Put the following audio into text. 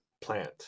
plant